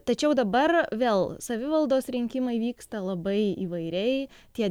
tačiau dabar vėl savivaldos rinkimai vyksta labai įvairiai tie